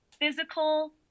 physical